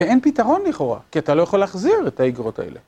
ואין פתרון לכאורה, כי אתה לא יכול להחזיר את האגרות האלה.